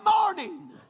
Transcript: morning